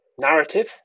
narrative